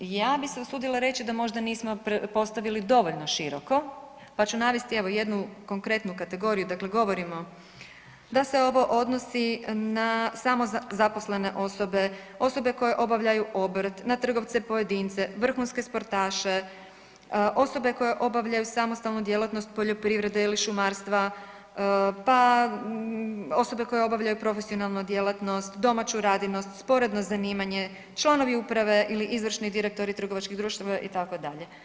Ja bih se usudila reći da možda nismo postavili dovoljno široko pa ću navesti jednu konkretnu kategoriju, dakle govorimo da se ovo odnosi na samozaposlene osobe, osobe koje obavljaju obrt, na trgovce pojedince, vrhunske sportaše, osobe koje obavljaju samostalnu djelatnost poljoprivrede ili šumarstva, pa osobe koje obavljaju profesionalnu djelatnost, domaću radinost, sporedno zanimanje, članovi uprave ili izvršni direktori trgovačkih društava itd.